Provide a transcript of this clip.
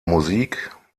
musik